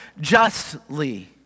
justly